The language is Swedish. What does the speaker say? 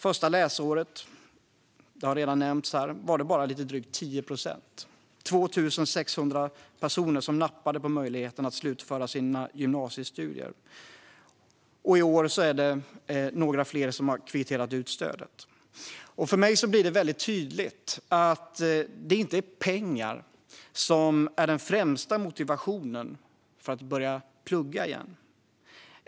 Första läsåret var det, som redan nämnts, bara lite drygt 10 procent - 2 600 personer - som nappade på möjligheten att slutföra sina gymnasiestudier. I år har några fler kvitterat ut stödet. För mig blir det väldigt tydligt att pengar inte är den främsta motivationen för att börja plugga igen.